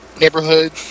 neighborhood